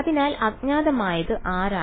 അതിനാൽ അജ്ഞാതമായത് ആരാണ്